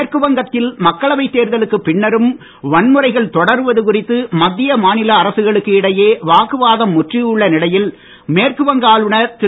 மேற்கு வங்கத்தில் மக்களவைத் தேர்தலுக்குப் பின்னரும் வன்முறைகள் தொடருவது குறித்து மத்திய மாநில அரசுகளுக்கு இடையே ஹவாக்குவாதம் முற்றியுள்ள நிலையில் மேற்குவங்க ஆளுனர் திரு